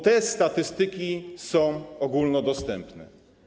Te statystki są ogólnodostępne.